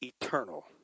eternal